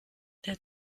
der